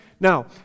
Now